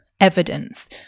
evidence